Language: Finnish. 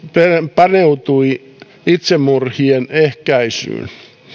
paneutui itsemurhien ehkäisyyn